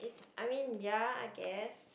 I mean ya I guess